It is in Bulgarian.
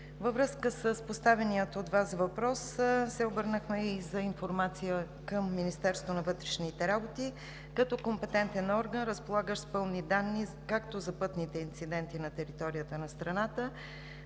Във връзка с поставения от Вас въпрос се обърнахме и за информация към Министерството на вътрешните работи като компетентен орган, разполагащ с пълни данни, както за пътните инциденти на територията на страната,